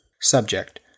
Subject